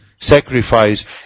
sacrifice